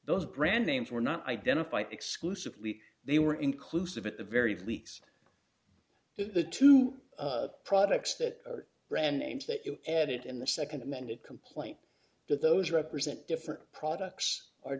those brand names were not identified exclusively they were inclusive at the very least the two products that are brand names that you added in the nd amended complaint that those represent different products are